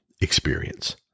experience